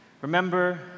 Remember